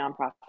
nonprofit